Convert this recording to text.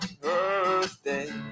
birthday